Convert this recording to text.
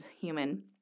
human